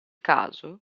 caso